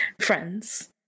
Friends